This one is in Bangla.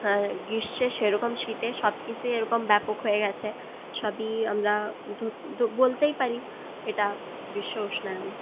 আর গ্রীষ্মে সেরকম শীতে সবকিছুই এরকম ব্যাপক হয়ে গেছে সবই আমরা বলতেই পারি এটা বিশ্ব উষ্ণায়ন